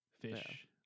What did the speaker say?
fish